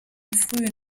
frühen